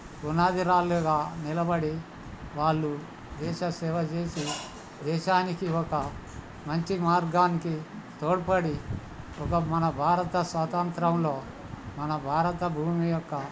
పునాదిరాళ్ళుగా నిలబడి వాళ్ళు దేశ సేవ చేేసి దేశానికి ఒక మంచి మార్గానికి తోడ్పడి ఒక మన భారత స్వాతంత్రంలో మన భారత భూమి యొక్క